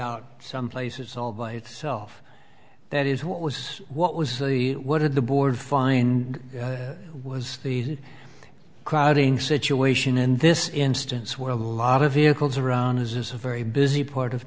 out some places all by itself that is what was what was it what did the board find was the crowding situation in this instance where a lot of vehicles around is a very busy part of